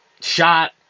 shot